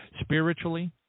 spiritually